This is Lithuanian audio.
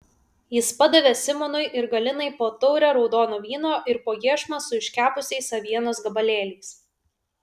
jis padavė simonui ir galinai po taurę raudono vyno ir po iešmą su iškepusiais avienos gabalėliais